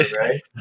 right